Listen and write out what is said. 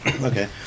okay